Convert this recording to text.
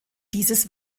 dieses